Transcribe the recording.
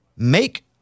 Make